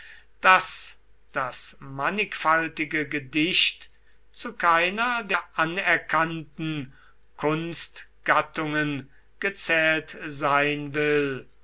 daß das mannigfaltige gedicht zu keiner der anerkannten kunstgattungen gezählt sein will